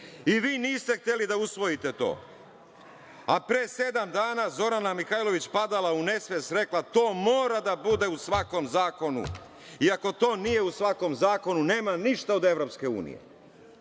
I, vi niste hteli da usvojite to, a pre sedam dana Zorana Mihajlović padala u nesvest, rekla - to mora da bude u svakom zakonu i ako to nije u svakom zakonu, nema ništa od EU. Sada vidim